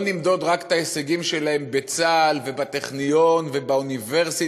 לא נמדוד רק את ההישגים שלהם בצה"ל ובטכניון ובאוניברסיטה,